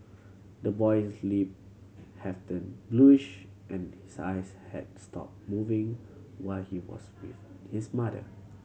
the boy's lip have turned bluish and his eyes had stopped moving while he was with his mother